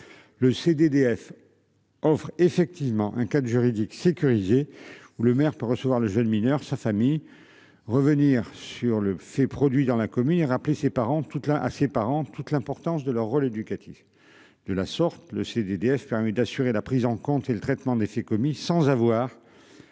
Le CDD F. Offre effectivement un cadre juridique sécurisé où le maire peut recevoir le jeune mineur sa famille revenir sur le fait produit dans la commune a rappelé ses parents toute la à ses parents toute l'importance de leur rôle éducatif. De la sorte le CDF permet d'assurer la prise en compte et le traitement des faits commis sans avoir.